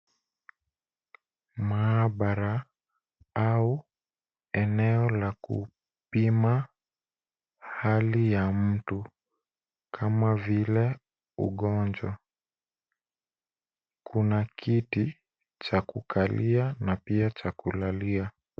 Maabara au eneo la kupima hali ya mtu kama vile ugonjwa. Kuna kiti cha kukalia na pia cha kulalia.